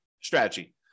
strategy